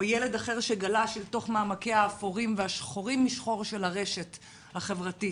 או ילד אחר שגלש אל תוך מעמקיה האפורים והשחורים משחור של הרשת החברתית,